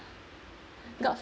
got